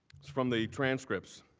from the transcripts.